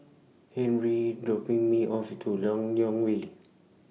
Henri dropping Me off At Lok Yang Way